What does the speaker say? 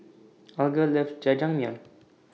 Alger loves Jajangmyeon